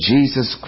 Jesus